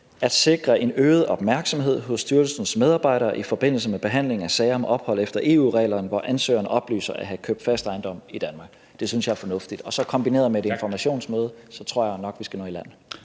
at sikre en øget opmærksomhed hos styrelsens medarbejdere i forbindelse med behandling af sager om ophold efter EU-reglerne, hvor ansøgeren oplyser at have købt fast ejendom i Danmark. Det synes jeg er fornuftigt. Og kombineret med et informationsmøde tror jeg nok vi skal nå i land.